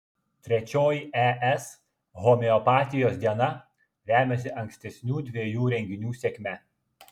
trečioji es homeopatijos diena remiasi ankstesnių dviejų renginių sėkme